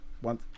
One